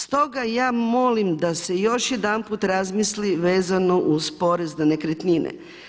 Stoga ja molim da se još jedanput razmisli vezano uz porez na nekretnine.